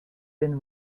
been